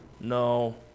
no